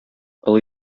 олы